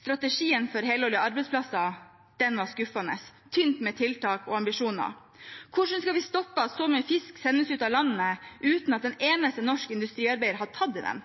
Strategien for helårlige arbeidsplasser var skuffende – tynt med tiltak og ambisjoner. Hvordan skal vi stoppe at så mye fisk sendes ut av landet uten at en eneste norsk industriarbeider har tatt i den?